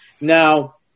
Now